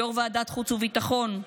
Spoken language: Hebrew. יו"ר ועדת חוץ וביטחון,